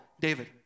David